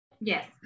Yes